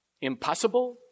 Impossible